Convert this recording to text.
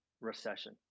recession